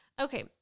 Okay